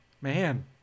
man